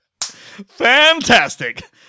Fantastic